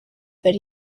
but